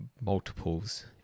multiples